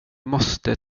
måste